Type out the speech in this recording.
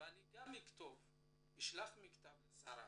ואני אשלח מכתב לשרה.